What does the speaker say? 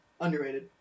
Underrated